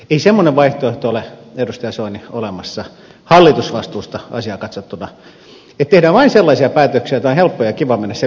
ei semmoinen vaihtoehto ole edustaja soini olemassa hallitusvastuusta asiaa katsottuna että tehdään vain sellaisia päätöksiä joita on helppo ja kiva mennä selittämään sinne toreille